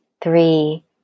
three